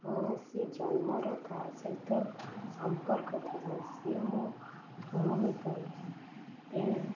କୌଣସି ଜନ୍ମର ତା ସହିତ ସମ୍ପର୍କ ଥିବ ସିଏ ମୋ ଭଉଣୀ ପରିକା ତେଣୁ